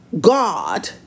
God